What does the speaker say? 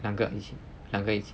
两个一起两个一起